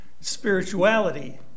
spirituality